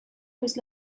was